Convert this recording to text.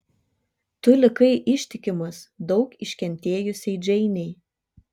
tu likai ištikimas daug iškentėjusiai džeinei